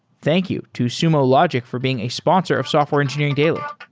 thank you to sumo logic for being a sponsor of software engineering daily